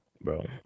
bro